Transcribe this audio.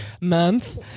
month